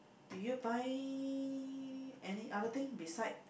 do you buy any other thing beside